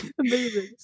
Amazing